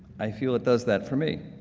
i feel it does that for me,